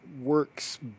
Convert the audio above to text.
works